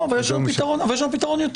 אבל יש לנו פתרון.